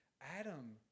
Adam